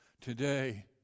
today